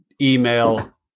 email